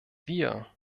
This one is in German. wir